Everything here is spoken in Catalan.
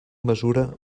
mesura